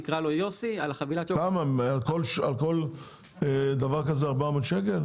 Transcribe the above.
נקרא לו יוסי --- על כל דבר כזה 400 שקלים?